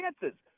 chances